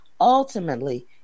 ultimately